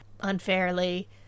unfairly